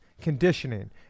conditioning